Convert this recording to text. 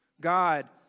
God